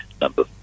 number